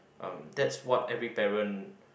uh that's what every parent